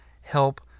help